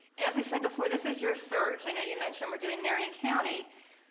and as we said before, this is your search. i know you mentioned we're doing marion county,